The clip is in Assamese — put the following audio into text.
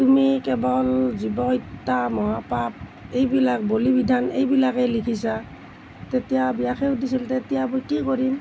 তুমি কেৱল জীৱ হত্যা মহাপাপ এইবিলাক বলি বিধান এইবিলাকেই লিখিছা তেতিয়া ব্যাসে সুধিছিল এতিয়া মই কি কৰিম